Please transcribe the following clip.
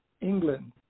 England